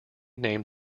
named